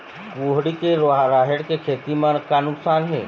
कुहड़ी के राहेर के खेती म का नुकसान हे?